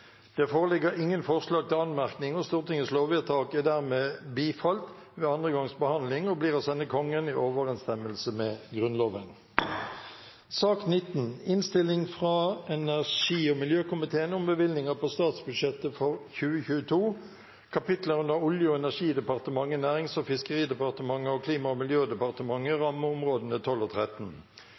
Det foreligger ingen forslag til anmerkning, og Stortingets lovvedtak er dermed bifalt ved andre gangs behandling og blir å sende Kongen i overensstemmelse med Grunnloven. Sak nr. 12 er andre gangs behandling av lov og gjelder lovvedtak 22. Under debatten har Kari Elisabeth Kaski satt fram et forslag på vegne av finanskomiteen. Forslaget lyder: «Lovvedtaket bifalles ikke. Anmerkning: Under